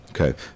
okay